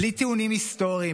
בלי טיעונים היסטוריים,